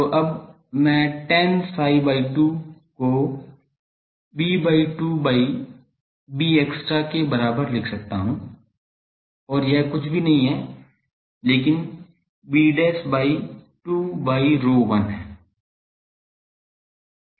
तो अब मैं tan psi by 2 को b by 2 by bextra के बराबर लिख सकता हूं और यह कुछ भी नहीं है लेकिन b by 2 by ρ1 है